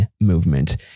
movement